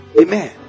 Amen